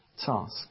task